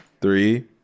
Three